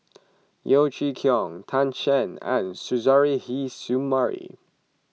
Yeo Chee Kiong Tan Shen and Suzairhe Sumari